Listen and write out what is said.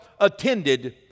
attended